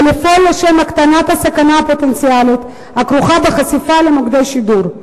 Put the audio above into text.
ולפעול להקטנת הסכנה הפוטנציאלית הכרוכה בחשיפה למוקדי שידור.